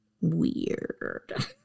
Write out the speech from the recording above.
Weird